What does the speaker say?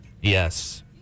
Yes